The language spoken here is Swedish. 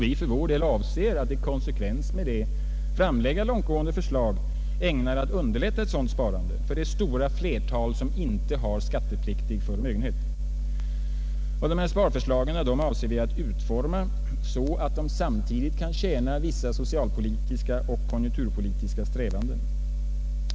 Vi för vår del avser att i konsekvens härmed framlägga långtgående förslag, ägnade att underlätta ett sådant sparande för det stora flertal som inte har skattepliktig förmögenhet. Dessa sparförslag avser vi att utforma så att de samtidigt kan tjäna vissa socialpolitiska och konjunkturpolitiska strävanden.